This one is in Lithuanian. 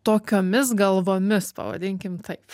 tokiomis galvomis pavadinkim taip